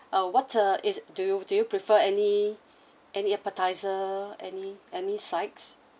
uh what uh is do you do you prefer any any appetizer any any sides